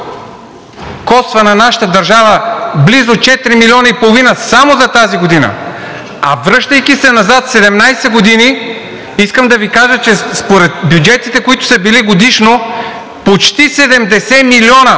коства на нашата държава близо 4,5 милиона само за тази година, а връщайки се назад 17 години, искам да Ви кажа, че според бюджетите, които са били годишно почти 70 милиона